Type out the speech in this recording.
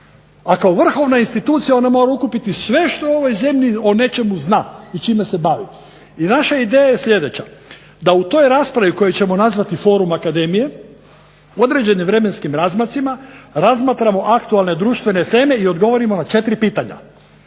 a kao vrhovna institucija ona mora ukupiti sve što u ovoj zemlji o nečemu zna i čime se bavi. I naša ideja je sljedeća, da u toj raspravi koju ćemo nazvati Forum Akademije u određenim vremenskim razmacima razmatramo aktualne društvene teme i odgovorimo na četiri pitanja: